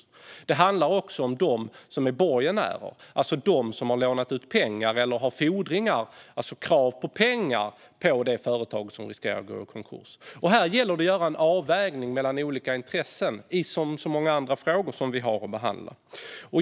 Utan det handlar också om dem som är borgenärer, det vill säga de som har lånat ut pengar till eller har fordringar - krav på pengar - på det företag som riskerar att gå i konkurs. Det gäller här att göra en avvägning mellan olika intressen, som i så många andra frågor vi har att behandla.